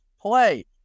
play